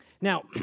Now